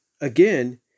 again